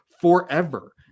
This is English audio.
forever